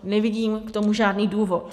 Nevidím k tomu žádný důvod.